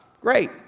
Great